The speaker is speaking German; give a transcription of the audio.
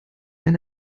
eine